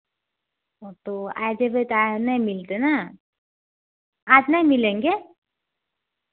ओ तो आइ जेबै त आइ नय मिलतै न आज नहीं मिलेंगे